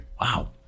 Wow